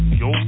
yo